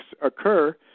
occur